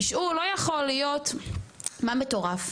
תשאול לא יכול להיות, מה מטורף?